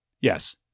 Yes